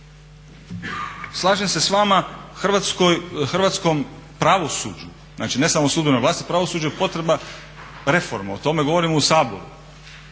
Slažem se s vama, hrvatskom pravosuđu ne samo sudbenoj vlasti pravosuđu je potreba reforme o tome govorimo u Saboru.